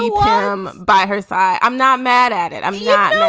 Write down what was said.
ah um by her side. i'm not mad at it. i'm yeah